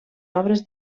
obres